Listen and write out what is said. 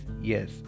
yes